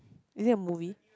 is it a movie